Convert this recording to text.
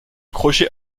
crochet